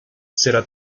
será